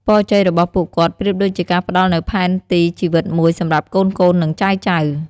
ពរជ័យរបស់ពួកគាត់ប្រៀបដូចជាការផ្តល់នូវផែនទីជីវិតមួយសម្រាប់កូនៗ និងចៅៗ។